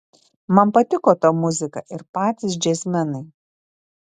man patiko ta muzika ir patys džiazmenai